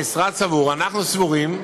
המשרד סבור, אנחנו סבורים,